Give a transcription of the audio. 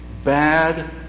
Bad